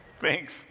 Thanks